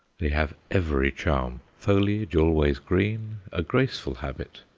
they have every charm foliage always green, a graceful habit,